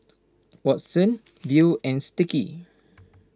Watsons Viu and Sticky